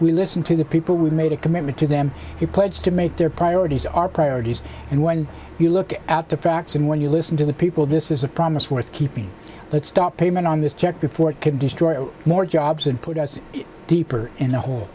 we listen to the people we made a commitment to them he pledged to make their priorities our priorities and when you look at the facts and when you listen to the people this is a promise worth keeping let's stop payment on this check before it can destroy more jobs and put us deeper in the hole